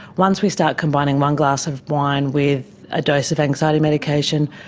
once we start combining one glass of wine with a dose of anxiety medication,